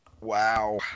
Wow